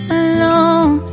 alone